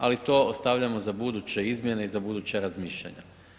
Ali to ostavljamo za buduće izmjene i za buduća razmišljanja.